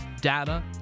data